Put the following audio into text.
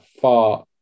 far